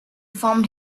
formed